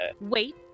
Wait